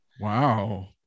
Wow